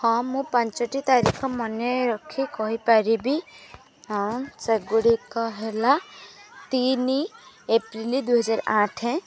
ହଁ ମୁଁ ପାଞ୍ଚଟି ତାରିଖ ମନେରଖି କହିପାରିବି ହଁ ସେଗୁଡ଼ିକ ହେଲା ତିନି ଏପ୍ରିଲ ଦୁଇ ହଜାର ଆଠ